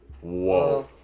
whoa